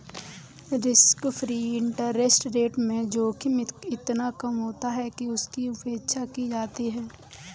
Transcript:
risk free interest rate में जोखिम इतना कम होता है कि उसकी उपेक्षा की जाती है